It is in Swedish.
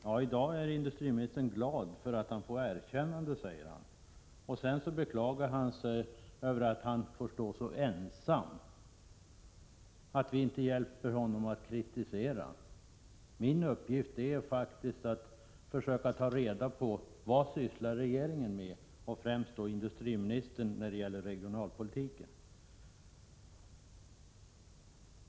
Herr talman! Industriministern säger att han är glad för att han får erkännanden i dag. Sedan beklagar han sig över att han står så ensam och att vi inte hjälper honom genom att kritisera. Min uppgift är faktiskt att försöka ta reda på vad regeringen, och främst industriministern, sysslar med när det gäller regionalpolitiken.